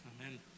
Amen